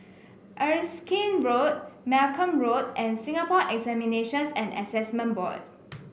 Erskine Road Malcolm Road and Singapore Examinations and Assessment Boy